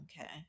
okay